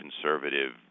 conservative